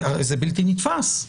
זה בלתי נתפס.